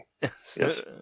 Yes